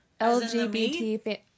LGBT